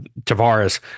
Tavares